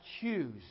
choose